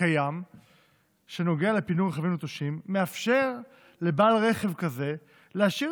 הקיים שנוגע לפינוי רכבים נטושים מאפשר לבעל רכב כזה להשאיר